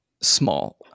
small